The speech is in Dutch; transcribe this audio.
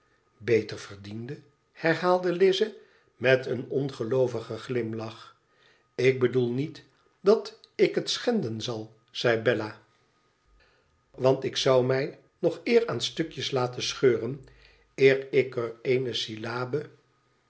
beter verdiende herhaalde lize met een ongeloovigen glimlach ik bedoel niet dat ik het schenden zal zei bella want ik zou mij nog eer aan stukjes laten scheuren eer ik er